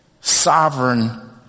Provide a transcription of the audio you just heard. sovereign